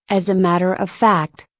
as a matter of fact,